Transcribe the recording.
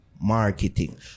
marketing